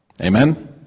Amen